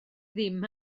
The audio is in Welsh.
ddim